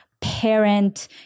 parent